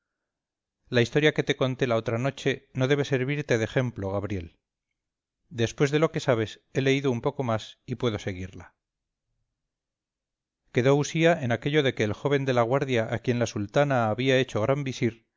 la historia que te conté la otra noche no debe servirte de ejemplo gabriel después de lo que sabes he leído un poco más y puedo seguirla quedó usía en aquello de que el joven de la guardia a quien la sultana había hecho gran visir